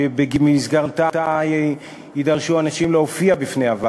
שבמסגרתה יידרשו אנשים להופיע בפניה,